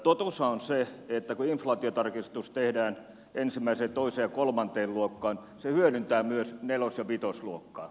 totuushan on se että kun inflaatiotarkistus tehdään ensimmäiseen toiseen ja kolmanteen luokkaan se hyödyntää myös nelos ja vitosluokkaa